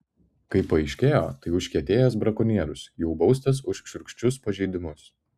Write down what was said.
kaip paaiškėjo tai užkietėjęs brakonierius jau baustas už šiurkščius pažeidimus